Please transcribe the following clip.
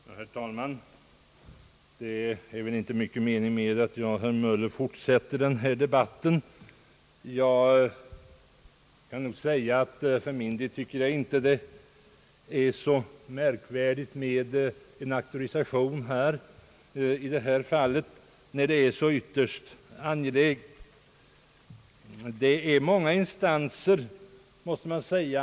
Herr talman! Det är väl inte mycket mening med att jag och herr Möller fortsätter denna debatt. Jag tycker inte att det är så märkvärdigt med en auktorisation i detta fall, när denna åtgärd är så ytterst angelägen.